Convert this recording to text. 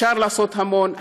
אפשר לעשות המון.